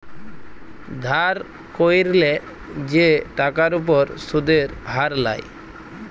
ধার ক্যইরলে যে টাকার উপর সুদের হার লায়